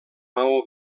maó